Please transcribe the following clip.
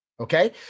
Okay